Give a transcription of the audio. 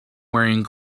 wearing